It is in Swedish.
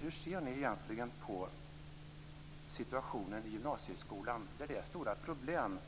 Hur ser ni på situationen i gymnasieskolan, de stora problemen